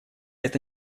это